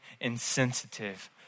insensitive